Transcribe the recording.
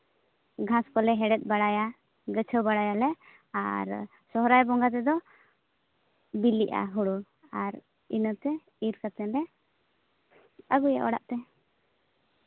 ᱜᱷᱟᱸᱥ ᱠᱚᱞᱮ ᱦᱮᱲᱦᱮᱫ ᱵᱟᱲᱟᱭᱟ ᱜᱟᱹᱪᱷᱟᱹᱣ ᱵᱟᱲᱟᱭᱟᱞᱮ ᱟᱨ ᱥᱚᱨᱦᱟᱭ ᱵᱚᱸᱜᱟ ᱛᱮᱫᱚ ᱵᱤᱞᱤᱜᱼᱟ ᱦᱩᱲᱩ ᱟᱨ ᱤᱱᱟᱹᱛᱮ ᱤᱨ ᱠᱟᱛᱮᱫ ᱞᱮ ᱟᱹᱜᱩᱭᱟ ᱚᱲᱟᱜ ᱛᱮ